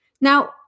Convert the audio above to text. Now